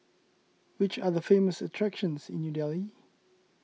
which are the famous attractions in New Delhi